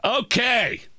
Okay